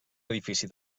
edifici